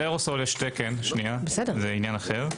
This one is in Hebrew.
לגביו יש תקן, זה עניין אחר.